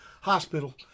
hospital